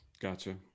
Gotcha